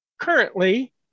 Currently